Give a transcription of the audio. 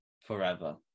Forever